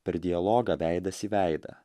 per dialogą veidas į veidą